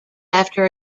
after